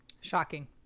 Shocking